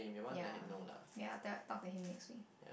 ya ya I'll tell talk to him next week